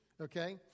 Okay